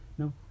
No